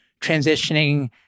transitioning